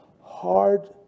hard